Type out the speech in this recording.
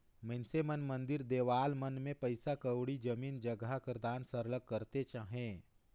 मइनसे मन मंदिर देवाला मन में पइसा कउड़ी, जमीन जगहा कर दान सरलग करतेच अहें